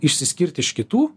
išsiskirt iš kitų